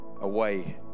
away